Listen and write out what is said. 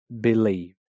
believe